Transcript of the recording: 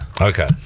Okay